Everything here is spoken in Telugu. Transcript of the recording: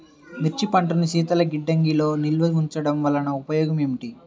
మిర్చి పంటను శీతల గిడ్డంగిలో నిల్వ ఉంచటం వలన ఉపయోగం ఏమిటి?